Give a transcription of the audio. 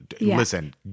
Listen